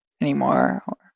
anymore